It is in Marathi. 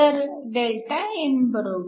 तर Δn 1